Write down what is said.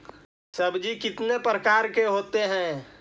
सब्जी कितने प्रकार के होते है?